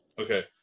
okay